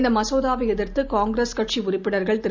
இந்தமசோதாவைஎதிர்த்துகாங்கிரஸ் கட்சிஉறுப்பினர்கள் திரு